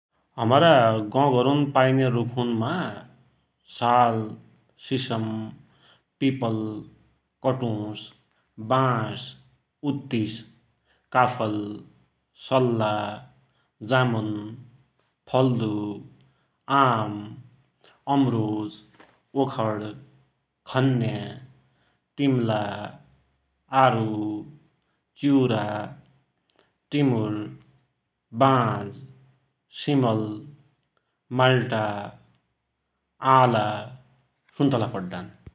हमरा गौघर पाइन्या रुखुनमा साल, सिसम, पिपल, कटुस, वाँस, उत्तिस, काफल, सल्ला, जामुन, फल्दु, आम, अमरोज, ओखर, खन्या, तिमला, आरु, चिउरा, तिमुर, वाँझ, सिमल, माल्टा, आलाँ, सुन्तला पड्डान ।